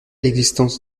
l’existence